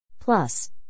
Plus